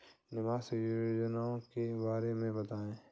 निवेश योजनाओं के बारे में बताएँ?